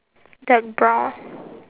dark brown